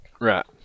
Right